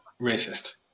racist